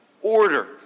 order